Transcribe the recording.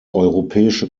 europäische